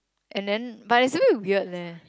and then but it's a bit weird leh